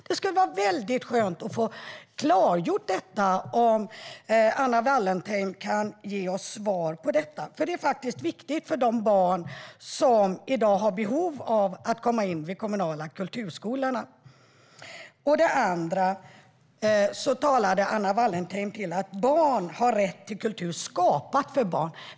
Det skulle vara väldigt skönt att få det klargjort, om Anna Wallentheim kan ge oss svar på detta. Det är faktiskt viktigt för de barn som i dag har behov av att komma in på de kommunala kulturskolorna. Anna Wallentheim talade om att barn har rätt till kultur, att skapa för barn.